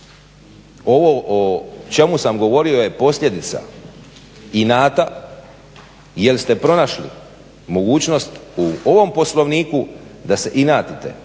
Ovo o čemu sam govorio je posljedica inata jer ste pronašli mogućnost u ovom Poslovniku da se inatite